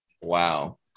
Wow